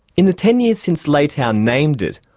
in the ten years since leitao named it,